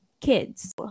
kids